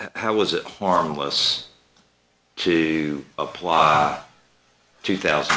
how was it harmless to apply two thousand